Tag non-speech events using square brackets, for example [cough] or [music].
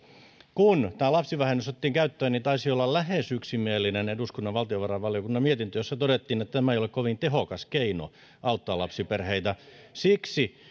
kun tämä lapsivähennys otettiin käyttöön niin taisi olla lähes yksimielinen eduskunnan valtiovarainvaliokunnan mietintö jossa todettiin että tämä ei ole kovin tehokas keino auttaa lapsiperheitä siksi [unintelligible]